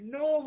no